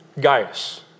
Gaius